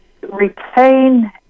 retain